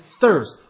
thirst